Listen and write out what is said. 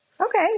Okay